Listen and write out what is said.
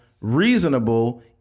reasonable